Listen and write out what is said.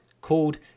called